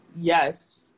Yes